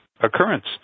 occurrence